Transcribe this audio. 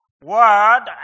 word